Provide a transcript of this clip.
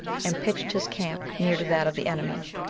and pitched his camp near to that of the enemy.